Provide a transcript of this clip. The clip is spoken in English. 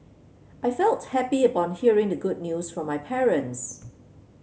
I felt happy upon hearing the good news from my parents